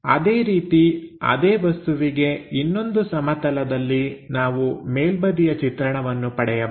ಅದೇ ರೀತಿ ಅದೇ ವಸ್ತುವಿಗೆ ಇನ್ನೊಂದು ಸಮತಲದಲ್ಲಿ ನಾವು ಮೇಲ್ಬದಿಯ ಚಿತ್ರಣವನ್ನು ಪಡೆಯಬಹುದು